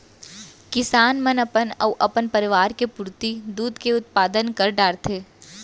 किसान मन अपन अउ अपन परवार के पुरती दूद के उत्पादन कर डारथें